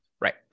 right